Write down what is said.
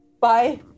Bye